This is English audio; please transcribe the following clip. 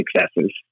successes